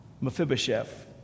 Mephibosheth